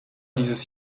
dieses